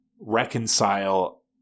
reconcile